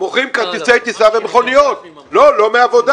מוכרים כרטיסי טיסה ומכוניות, לא מעבודה.